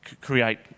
create